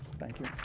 thank you,